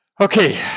Okay